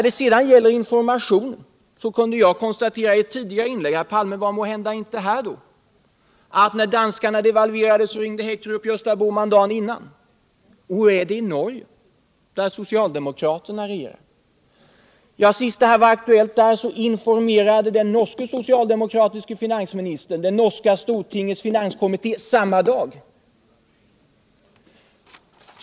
Beträffande informationen kunde jag i ett tidigare inlägg konstatera — herr Palme var måhända inte i kammaren då — att när danskarna devalverade ringde Haekkerup till Gösta Bohman dagen före. Och hur är det i Norge, där socialdemokraterna regerar? Senast det var aktuellt med en devalvering där informerade den norske socialdemokratiske finansministern det norska stortingets finanskommitté samma dag.